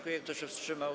Kto się wstrzymał?